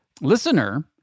listener